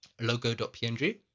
logo.png